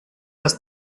das